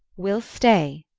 we'll stay,